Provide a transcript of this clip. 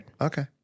Okay